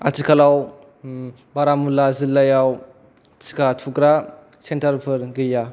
आथिखालाव बारामुल्ला जिल्लायाव टिका थुग्रा सेन्टारफोर गैया